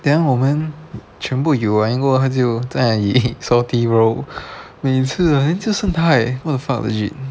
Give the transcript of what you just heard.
then 我们全部有过她就在那里 salty bro 每次 then 就是她 leh what the fuck